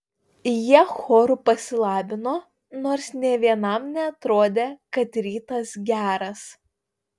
jie choru pasilabino nors nė vienam neatrodė kad rytas geras